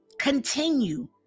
continue